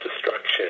destruction